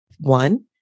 One